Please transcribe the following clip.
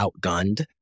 outgunned